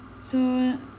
so